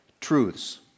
truths